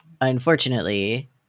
unfortunately